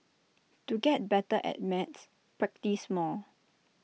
to get better at maths practise more